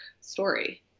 story